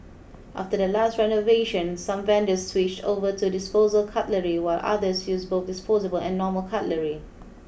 after the last renovation some vendors switched over to disposable cutlery while others use both disposable and normal cutlery